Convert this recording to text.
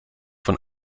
von